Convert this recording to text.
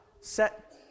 set